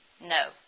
no